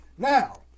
Now